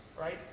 right